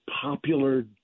popular